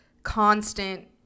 Constant